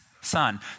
son